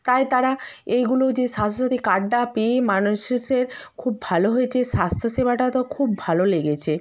তাই তারা এইগুলো যে স্বাস্থ্যসাথী কার্ডটা পেয়ে মানুষ খুব ভালো হয়েছে স্বাস্থ্য সেবাটা তো খুব ভালো লেগেছে